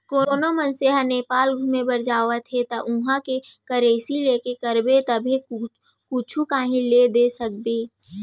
कोनो मनसे ह नेपाल घुमे बर जावत हे ता उहाँ के करेंसी लेके रखबे तभे कुछु काहीं ले दे सकबे